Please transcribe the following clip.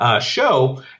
Show